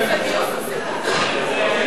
ענישה על עבירה חוזרת),